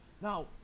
Now